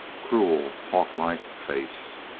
cruel, hawklike face.